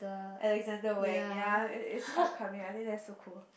Alexander-Wang ya it it's upcoming I think that is so cool